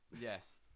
Yes